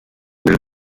nel